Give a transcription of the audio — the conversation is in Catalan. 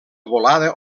volada